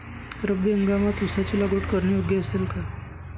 रब्बी हंगामात ऊसाची लागवड करणे योग्य असेल का?